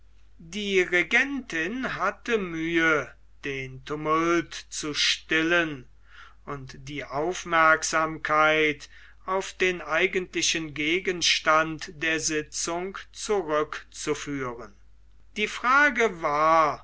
die regentin hatte mühe den tumult zu stillen und die aufmerksamkeit auf den eigentlichen gegenstand der sitzung zurückzuführen die frage war